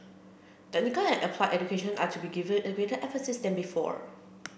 technical and applied education are to be given greater emphasis than before